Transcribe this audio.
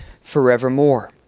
forevermore